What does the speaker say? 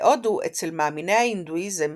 בהודו, אצל מאמיני ההינדואיזם,